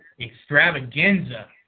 extravaganza